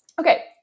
Okay